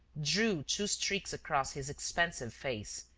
drew two streaks across his expansive face,